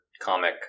comic